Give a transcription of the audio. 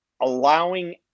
allowing